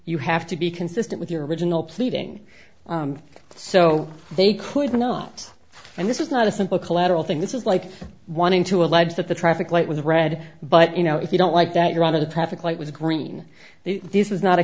you have to be consistent with your original pleading so they could know and this is not a simple collateral thing this is like wanting to allege that the traffic light was red but you know if you don't like that you're on the traffic light was green this is not a